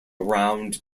round